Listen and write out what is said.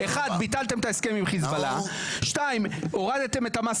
אחד, ביטלתם את ההסכם עם חיזבאללה.